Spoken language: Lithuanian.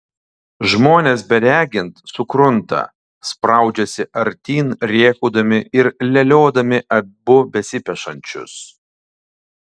žmonės beregint sukrunta spraudžiasi artyn rėkaudami ir leliodami abu besipešančius